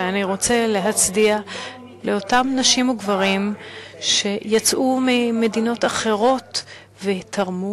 ואני רוצה להצדיע לאותם נשים וגברים שיצאו ממדינות אחרות ותרמו